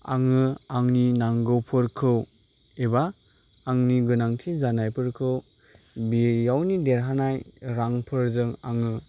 आङो आंनि नांगौफोरखौ एबा आंनि गोनांथि जानायफोरखौ बियावनि देरहायनाय रांफोरजों आङो